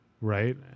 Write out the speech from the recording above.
right